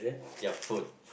ya food